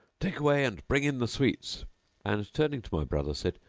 take away and bring in the sweets and turning to my brother said,